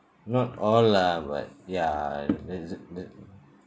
not all lah but ya that is a that